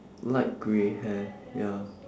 light grey hair ya